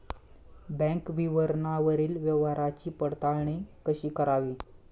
Bank विवरणावरील व्यवहाराची पडताळणी कशी करावी?